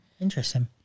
interesting